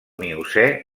miocè